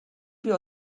wir